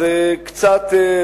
אז קצת,